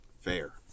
Fair